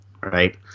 right